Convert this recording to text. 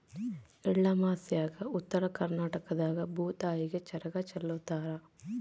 ಎಳ್ಳಮಾಸ್ಯಾಗ ಉತ್ತರ ಕರ್ನಾಟಕದಾಗ ಭೂತಾಯಿಗೆ ಚರಗ ಚೆಲ್ಲುತಾರ